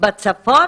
בצפון